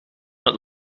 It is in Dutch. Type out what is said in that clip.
het